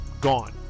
gone